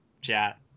chat